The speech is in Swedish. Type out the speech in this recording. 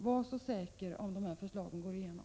Var säker på det, om de här förslagen går igenom.